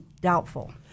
doubtful